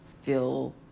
feel